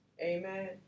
amen